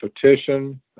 petition